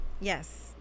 Yes